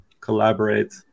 collaborate